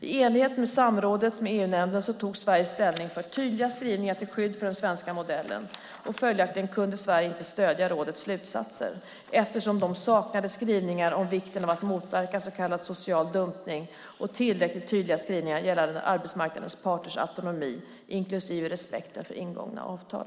I enligt med samrådet med EU-nämnden tog Sverige ställning för tydliga skrivningar till skydd för den svenska modellen, och följaktligen kunde Sverige inte stödja rådets slutsatser eftersom de saknade skrivningar om vikten av att motverka så kallad social dumpning och tillräckligt tydliga skrivningar gällande arbetsmarknadens parters autonomi inklusive respekten för ingångna avtal.